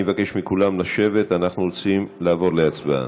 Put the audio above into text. אני מבקש מכולם לשבת, אנחנו רוצים לעבור להצבעה.